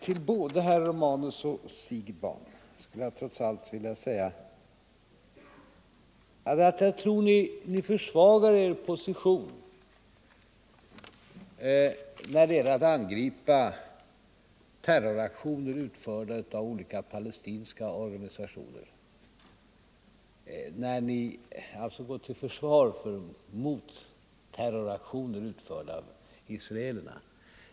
Till både herr Romanus och herr Siegbahn skulle jag trots allt vilja säga att jag tror att ni försvagar er position då det gäller att angripa terroraktioner utförda av olika palestinska organisationer, när ni försvarar motterroraktioner utförda av israelerna.